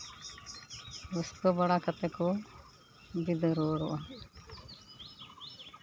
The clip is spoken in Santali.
ᱨᱟᱹᱥᱠᱟᱹ ᱵᱟᱲᱟ ᱠᱟᱛᱮ ᱠᱚ ᱵᱤᱫᱟᱹ ᱨᱩᱣᱟᱹᱲᱚᱜᱼᱟ